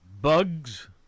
Bugs